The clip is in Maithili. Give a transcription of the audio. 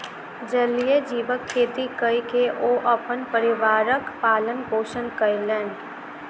जलीय जीवक खेती कय के ओ अपन परिवारक पालन पोषण कयलैन